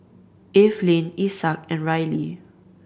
Eveline Isaak and Rylie